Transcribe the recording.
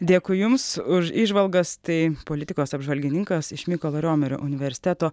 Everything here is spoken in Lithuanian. dėkui jums už įžvalgas tai politikos apžvalgininkas iš mykolo romerio universiteto